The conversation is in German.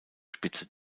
spitze